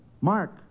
Mark